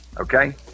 Okay